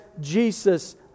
Jesus